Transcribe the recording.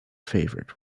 favorite